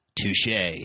Touche